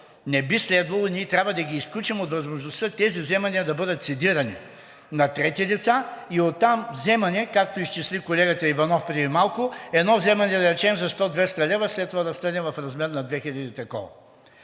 не би следвало, ние трябва да ги изключим от възможността тези вземания да бъдат цедирани на трети лица и оттам вземания, както изчисли колегата Иванов преди малко, едно вземане, да речем, за 100 – 200 лв. след това да стане в размер на 2000.